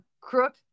crook